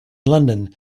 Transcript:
london